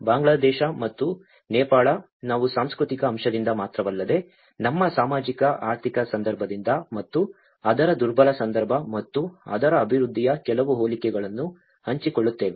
ಬಾಂಗ್ಲಾದೇಶ ಮತ್ತು ನೇಪಾಳ ನಾವು ಸಾಂಸ್ಕೃತಿಕ ಅಂಶದಿಂದ ಮಾತ್ರವಲ್ಲದೆ ನಮ್ಮ ಸಾಮಾಜಿಕ ಆರ್ಥಿಕ ಸಂದರ್ಭದಿಂದ ಮತ್ತು ಅದರ ದುರ್ಬಲ ಸಂದರ್ಭ ಮತ್ತು ಅದರ ಅಭಿವೃದ್ಧಿಯ ಕೆಲವು ಹೋಲಿಕೆಗಳನ್ನು ಹಂಚಿಕೊಳ್ಳುತ್ತೇವೆ